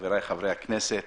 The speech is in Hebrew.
חברי חברי הכנסת.